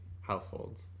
households